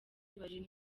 bari